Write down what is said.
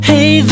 Hey